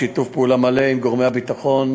בשיתוף פעולה מלא עם גורמי הביטחון,